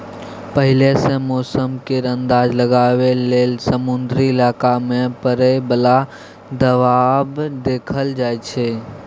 पहिले सँ मौसम केर अंदाज लगाबइ लेल समुद्री इलाका मे परय बला दबाव देखल जाइ छै